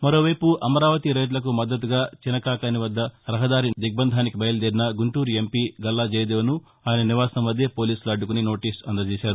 మరోవైపు అమరావతి రైతులకు మద్దతుగా చినకాకాని వద్ద రహదారి దిగ్బంధానికి బయలుదేరిన గుంటూరు ఎంపీ గల్లా జయదేవ్ను ఆయన నివాసం వద్దే పోలీసులు అడ్డుకుని నోటీసు అందజేశారు